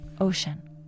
ocean